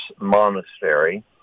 monastery